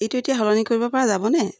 এইটো এতিয়া সলনি কৰিব পৰা যাবনে